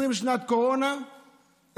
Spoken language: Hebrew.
שנת קורונה,